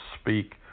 speak